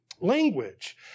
language